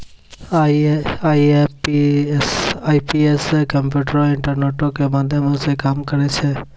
IMPS कम्प्यूटरो, इंटरनेटो के माध्यमो से काम करै छै